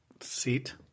seat